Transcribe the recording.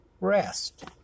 rest